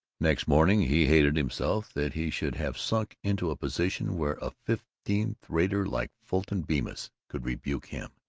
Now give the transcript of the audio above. next morning he hated himself that he should have sunk into a position where a fifteenth-rater like fulton bemis could rebuke him.